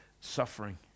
suffering